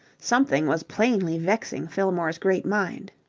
something was plainly vexing fillmore's great mind.